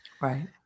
right